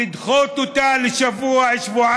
לדחות אותה בשבוע-שבועיים,